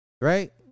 Right